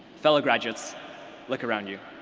fellow graduates look around you.